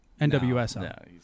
NWSL